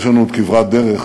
יש לנו עוד כברת דרך,